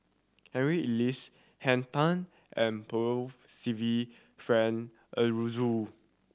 Harry Elias Henn Tan and Percival Frank Aroozoo